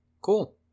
Cool